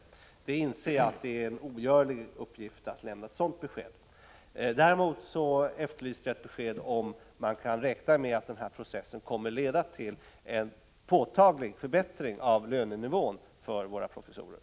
Jag inser att det är en ogörlig uppgift att lämna ett sådant besked. Däremot ville jag veta om man kan räkna med att den här processen kommer att leda till en påtaglig förbättring av lönenivån för professorerna.